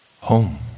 home